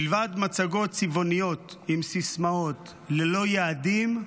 מלבד מצגות צבעוניות עם סיסמאות ללא יעדים,